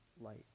light